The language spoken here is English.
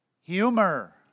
humor